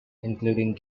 including